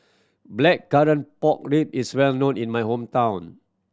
blackcurrant pork rib is well known in my hometown